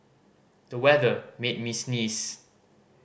the weather made me sneeze